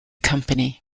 company